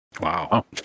wow